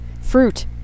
fruit